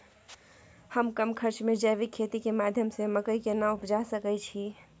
हम कम खर्च में जैविक खेती के माध्यम से मकई केना उपजा सकेत छी?